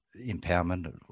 empowerment